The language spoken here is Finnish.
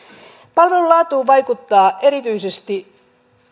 palvelun laatuun vaikuttaa erityisesti